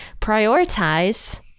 prioritize